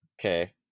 Okay